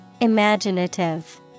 Imaginative